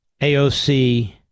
AOC